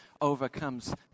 overcomes